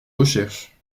recherches